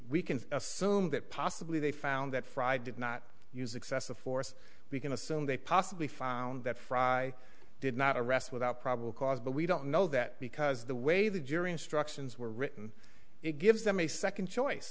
assume that possibly they found that fried did not use excessive force we can assume they possibly found that frye did not arrest without probable cause but we don't know that because the way the jury instructions were it gives them a second choice